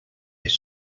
his